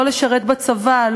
לא לשרת בצבא,